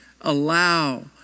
allow